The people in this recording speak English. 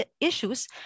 issues